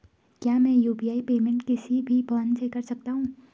क्या मैं UPI payment किसी भी फोन से कर सकता हूँ?